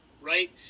right